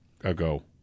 ago